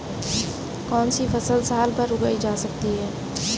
कौनसी फसल साल भर उगाई जा सकती है?